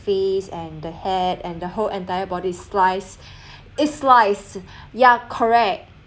face and the head and the whole entire body sliced it's sliced ya correct